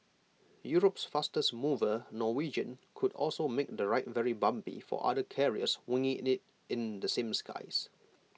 Europe's fastest mover Norwegian could also make the ride very bumpy for other carriers winging IT in the same skies